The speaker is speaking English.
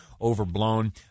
overblown